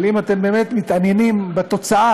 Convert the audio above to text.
אבל אם אתם באמת מתעניינים בתוצאה,